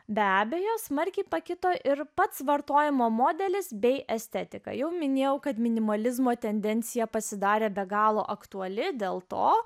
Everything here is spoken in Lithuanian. be abejo smarkiai pakito ir pats vartojimo modelis bei estetika jau minėjau kad minimalizmo tendencija pasidarė be galo aktuali dėl to